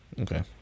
Okay